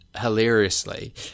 hilariously